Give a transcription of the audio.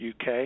UK